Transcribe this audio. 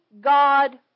god